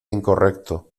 incorrecto